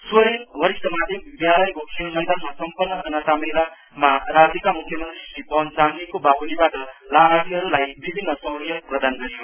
सोरेङ बरीष्ठ माध्यमीक विधालयको खेल मैदानमा सम्पन्न जनता मेलामा राज्यका मुख्यमन्त्री श्री पवन चामलिङको बाह्लिबाट लाभार्थीहरूलाई विभिन्न सह्लियत प्रदान गरियो